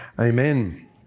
Amen